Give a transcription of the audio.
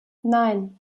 nein